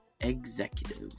executive